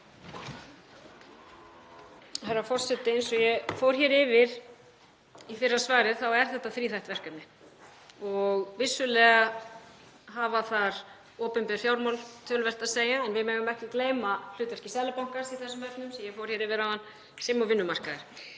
Herra forseti. Eins og ég fór hér yfir í fyrra svari er þetta þríþætt verkefni. Vissulega hafa þar opinber fjármál töluvert að segja en við megum ekki gleyma hlutverki Seðlabankans í þessum efnum sem ég fór hér yfir áðan, sem og vinnumarkaðar.